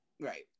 Right